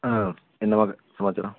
ஆ என்னம்மா சமாச்சாரம்